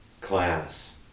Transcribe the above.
class